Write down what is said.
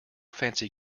fancy